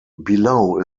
below